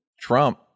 trump